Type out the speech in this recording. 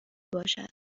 باشد